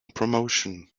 promotion